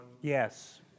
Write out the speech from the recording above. Yes